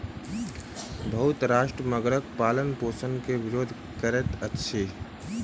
बहुत राष्ट्र मगरक पालनपोषण के विरोध करैत अछि